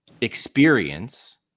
experience